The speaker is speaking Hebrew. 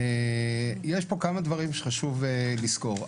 יש פה כמה דברים שחשוב לזכור.